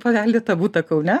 paveldėtą butą kaune